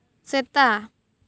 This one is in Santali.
ᱥᱮᱛᱟ